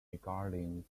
regarding